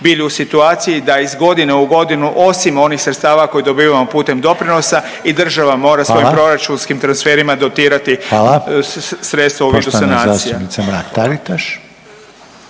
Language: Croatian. bili u situaciji da iz godine u godinu osim onih sredstava koje dobivamo putem doprinosa i država mora svojim proračunskim transferima … …/Upadica Reiner: Hvala./…